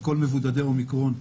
זה כל מבודדי האומיקרון,